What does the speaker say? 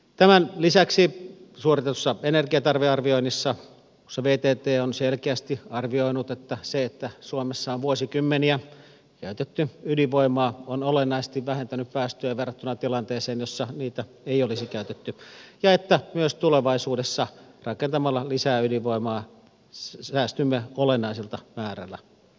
tämän lisäksi suoritetussa energiatarvearvioinnissa vtt on selkeästi arvioinut että se että suomessa on vuosikymmeniä käytetty ydinvoimaa on olennaisesti vähentänyt päästöjä verrattuna tilanteeseen jossa sitä ei olisi käytetty ja että myös tulevaisuudessa rakentamalla lisää ydinvoimaa säästymme olennaiselta määrältä päästöjä